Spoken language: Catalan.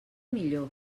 millor